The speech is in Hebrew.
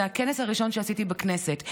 זה הכנס הראשון שעשיתי בכנסת.